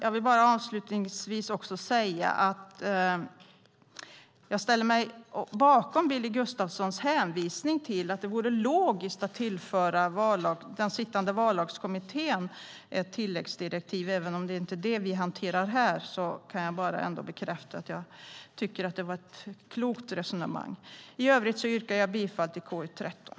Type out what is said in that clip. Jag vill avslutningsvis säga att jag ställer mig bakom Billy Gustafssons hänvisning till att det vore logiskt att tillföra den sittande vallagskommittén ett tilläggsdirektiv. Även om det inte är det vi hanterar här kan jag bekräfta att jag tycker att det var ett klokt resonemang. I övrigt yrkar jag bifall till förslaget i KU13.